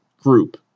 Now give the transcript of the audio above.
group